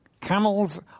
camels